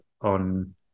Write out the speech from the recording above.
on